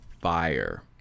fire